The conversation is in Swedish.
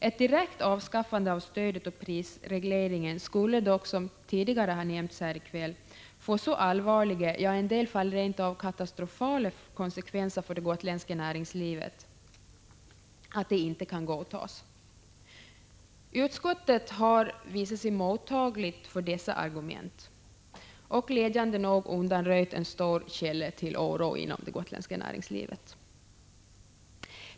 Ett direkt avskaffande av stödet och prisregleringen skulle dock, som tidigare nämnts här i kväll, få så allvarliga — ja, i en del fall rent av katastrofala — konsekvenser för det gotländska näringslivet att det inte kan godtas. Utskottet har visat sig vara mottagligt för dessa argument och har glädjande nog undanröjt en stor källa till oro inom det gotländska näringslivet.